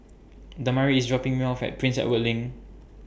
Damari IS dropping Me off At Prince Edward LINK